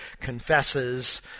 confesses